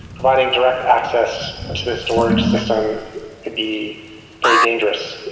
providing direct access to the storage system could be very dangerous,